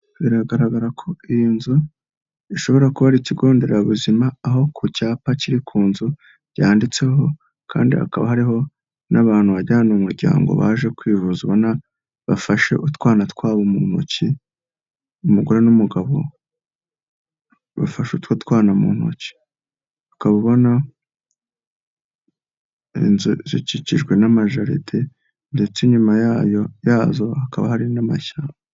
Biragaragara ko iyi nzu ishobora kuba ari ikigo nderabuzima aho ku cyapa kiri ku nzu cyaditseho kandi hakaba hariho n'abantu wagira ngo n'umuryango baje kwivuzwa ubona ko bafashe utwana twabo mu ntoki, umugore n'umugabo bafashe utwo twana mu ntoki akaba ubona inzu zikikijwe n'amajaride ndetse inyuma yayo yazo hakaba hari n'amashyamba.